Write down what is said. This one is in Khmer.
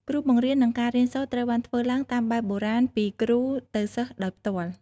ការបង្រៀននិងការរៀនសូត្រត្រូវបានធ្វើឡើងតាមបែបបុរាណពីគ្រូទៅសិស្សដោយផ្ទាល់។